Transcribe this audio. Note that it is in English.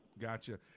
Gotcha